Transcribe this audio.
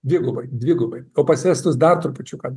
dvigubai dvigubai o pas estus dar trupučiuką